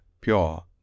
pure